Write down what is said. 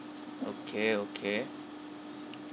okay okay